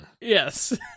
Yes